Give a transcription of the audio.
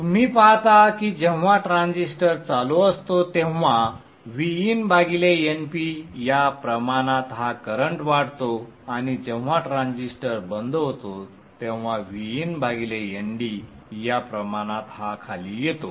तुम्ही पाहता की जेव्हा ट्रान्झिस्टर चालू असतो तेव्हा VinNp या प्रमाणात हा करंट वाढतो आणि जेव्हा ट्रान्झिस्टर बंद होतो तेव्हा VinNd या प्रमाणात हा खाली येतो